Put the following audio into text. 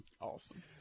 Awesome